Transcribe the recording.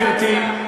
גברתי,